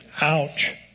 Ouch